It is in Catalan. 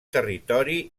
territori